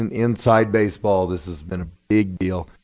um inside baseball, this has been a big deal,